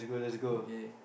okay